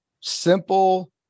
simple